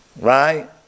right